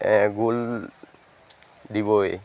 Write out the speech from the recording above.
গ'ল দিবই